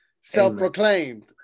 Self-proclaimed